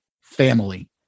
family